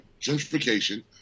gentrification